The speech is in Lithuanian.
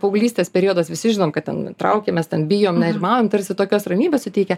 paauglystės periodas visi žinom kad ten traukiamės ten bijom nerimaujam tarsi tokios ramybės suteikia